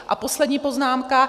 A poslední poznámka.